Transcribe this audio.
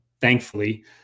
thankfully